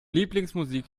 lieblingsmusik